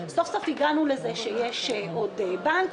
סוף-סוף הגענו לזה שיש עוד בנק,